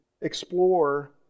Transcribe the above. explore